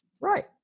Right